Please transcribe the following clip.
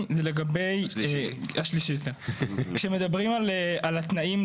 "ותיקון ההיתר יכלול דרישה ליישום הטכנולוגיה